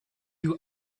you